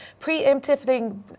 preemptively